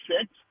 six